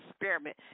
experiment